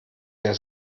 der